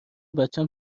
بچم